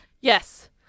Yes